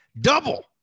double